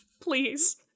Please